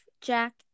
Jack